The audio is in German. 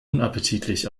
unappetitlich